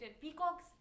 peacocks